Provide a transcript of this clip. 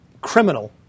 criminal